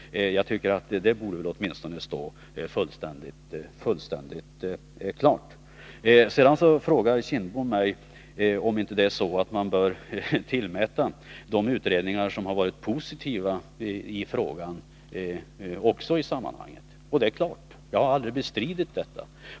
Jag tycker att åtminstone det borde stå fullständigt klart. Sedan frågar Bengt Kindbom mig om man inte också bör tillmäta de utredningar som har varit positiva en betydelse i sammanhanget. Det är klart —- jag har aldrig bestritt detta.